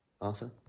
Arthur